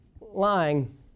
lying